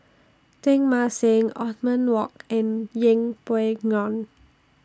Teng Mah Seng Othman Wok and Yeng Pway Ngon